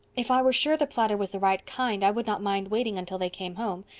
if i were sure the platter was the right kind i would not mind waiting until they came home.